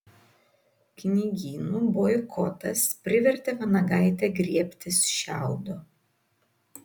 knygynų boikotas privertė vanagaitę griebtis šiaudo